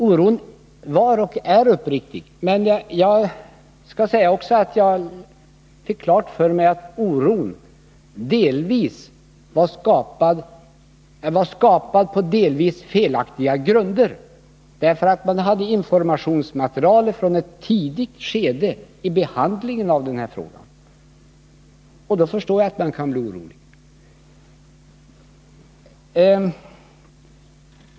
Denna var och är uppriktig, men jag måste också säga att jag fick klart för mig att oron var skapad på delvis felaktiga grunder. Man hade informationsmaterial från ett tidigt skede av behandlingen av frågan, och då förstod jag att man kunde bli orolig.